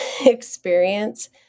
experience